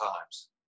times